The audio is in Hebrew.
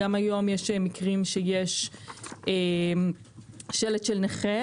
גם היום יש מקרים שיש שלט של נכה,